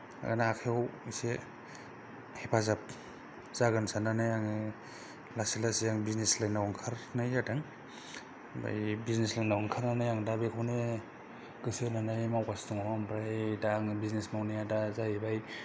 ओरैनो आखायाव इसे हेफाजाब जागोन साननानै आङो लासै लासै आं बिजनेस लायनाव ओंखारनाय जादों ओमफाय बिजनेस लायनाव ओंखारनानै आं दा बेखौनो गोसो होनानै मावगासिनो दङ ओमफ्राय दा आङो बिजनेस मावनाया दा जाहैबाय